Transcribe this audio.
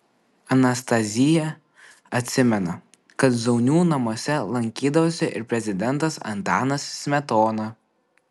anastazija atsimena kad zaunių namuose lankydavosi ir prezidentas antanas smetona